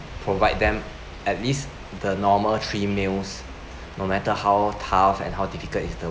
provide them at least the normal three meals no matter how tough and how difficult is the